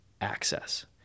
access